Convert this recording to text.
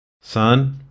Son